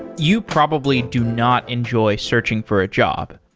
you probably do not enjoy searching for a job.